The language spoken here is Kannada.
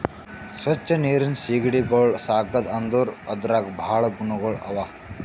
ಸ್ವಚ್ ನೀರಿನ್ ಸೀಗಡಿಗೊಳ್ ಸಾಕದ್ ಅಂದುರ್ ಅದ್ರಾಗ್ ಭಾಳ ಗುಣಗೊಳ್ ಅವಾ